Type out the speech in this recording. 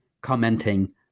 commenting